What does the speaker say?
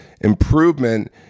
Improvement